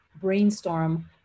brainstorm